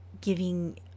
giving